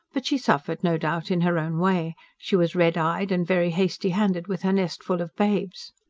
but she suffered, no doubt, in her own way she was red-eyed, and very hasty-handed with her nestful of babes.